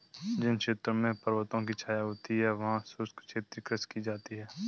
जिन क्षेत्रों में पर्वतों की छाया होती है वहां शुष्क क्षेत्रीय कृषि की जाती है